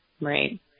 Right